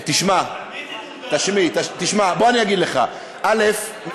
תשמע, בוא ואגיד לך: א.